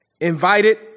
invited